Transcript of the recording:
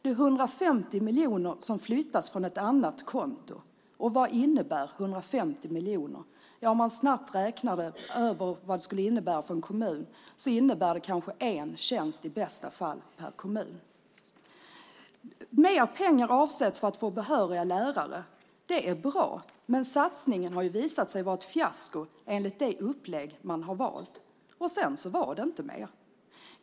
Det är 150 miljoner som flyttas från ett annat konto. Vad innebär 150 miljoner? Snabbt räknat skulle det i bästa fall innebära kanske en tjänst per kommun. Mer pengar avsätts för att få behöriga lärare. Det är bra, men satsningen har visat sig vara ett fiasko enligt det upplägg man har valt. Sedan var det inte mer.